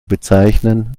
bezeichnen